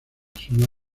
suma